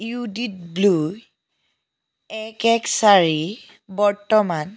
ই D W এক এক চাৰি বৰ্তমান